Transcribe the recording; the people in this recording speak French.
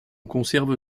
conserve